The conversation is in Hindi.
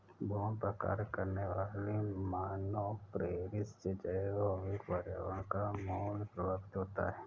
भूमि पर कार्य करने वाली मानवप्रेरित से जैवभौतिक पर्यावरण का मूल्य प्रभावित होता है